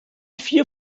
vier